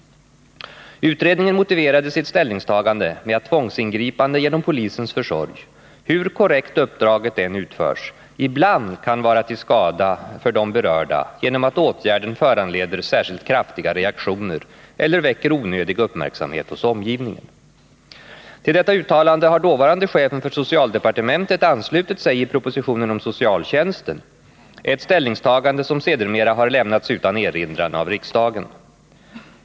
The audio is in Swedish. Utredningen motiverade sitt ställningstagande med att tvångsingripande genom polisens försorg — hur korrekt uppdraget än utförs — ibland kan vara till skada för de berörda genom att åtgärden föranleder särskilt kraftiga reaktioner eller väcker onödig uppmärksamhet hos omgivningen. Till detta uttalande har dåvarande chefen för socialdepartementet anslutit sig i propositionen om socialtjänsten , ett ställningstagande som sedermera har lämnats utan erinran av riksdagen.